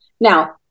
now